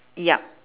yup